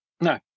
No